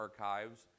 archives